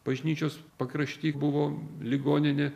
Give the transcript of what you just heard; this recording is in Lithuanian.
bažnyčios pakrašty buvo ligoninė